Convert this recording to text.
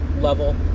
level